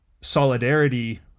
solidarity